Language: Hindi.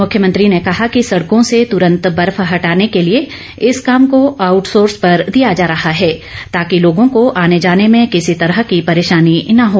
मुख्यमंत्री ने कहा कि सड़कों से तूरंत बर्फ हटाने के लिए इस काम को आउटसोर्स पर दिया जा रहा है ताकि लोगों को आने जाने में किसी तरह की परेशानी न हो